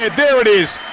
there there it is!